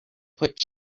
put